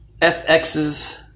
FX's